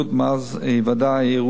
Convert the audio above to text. מאז היוודע האירוע,